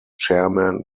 chairman